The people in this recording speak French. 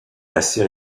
assez